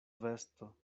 vesto